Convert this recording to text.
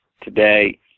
today